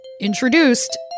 introduced